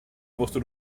måste